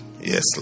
Yes